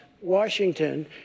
Washington